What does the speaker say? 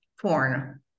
porn